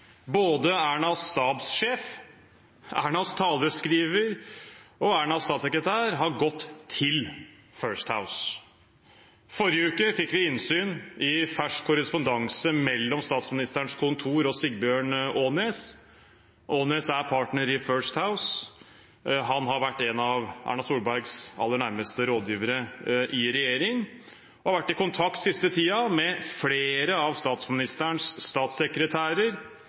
både Ernas stabssjef, Ernas taleskriver og Ernas statssekretær har gått til First House. I forrige uke fikk vi innsyn i en fersk korrespondanse mellom Statsministerens kontor og Sigbjørn Aanes. Aanes er partner i First House, han har vært en av Erna Solbergs aller nærmeste rådgivere i regjering og har i den siste tiden vært i kontakt med flere av statsministerens statssekretærer,